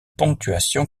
ponctuation